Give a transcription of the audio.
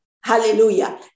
Hallelujah